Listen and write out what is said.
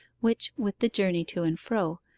which, with the journey to and fro,